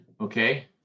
Okay